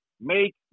make